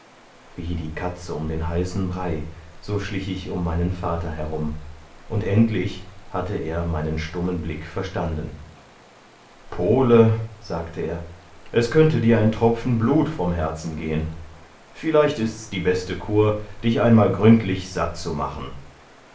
wie die katze um den heißen brei so schlich ich um meinen vater herum und endlich hatte er meinen stummen blick verstanden pole sagte er es könnte dir ein tropfen blut vom herzen gehen vielleicht ist's die beste kur dich einmal gründlich satt zu machen